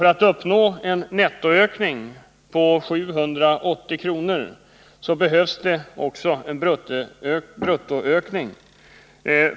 krävs en bruttoökning på 11,1 20 för att uppnå samma nettoökning.